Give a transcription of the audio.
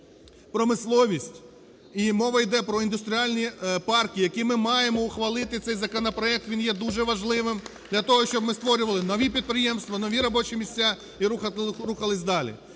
промисловість. І мова йде про індустріальні парки, які ми маємо ухвалити цей законопроект, він є дуже важливим, для того, щоб ми створювали нові підприємства, нові робочі місця і рухались далі.